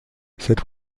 cette